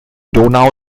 donau